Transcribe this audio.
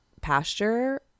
pasture